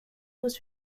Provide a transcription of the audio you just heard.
was